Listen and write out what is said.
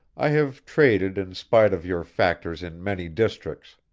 i have traded in spite of your factors in many districts.